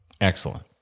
Excellent